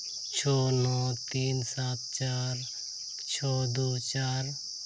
ᱪᱷᱚ ᱱᱚ ᱛᱤᱱ ᱥᱟᱛ ᱪᱟᱨ ᱪᱷᱚ ᱫᱩ ᱪᱟᱨ